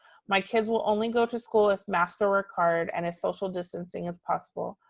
my kids will only go to school if masks are required and if social distancing is possible.